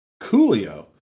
Coolio